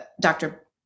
Dr